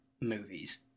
movies